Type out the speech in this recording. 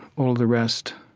all the rest,